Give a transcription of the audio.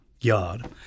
yard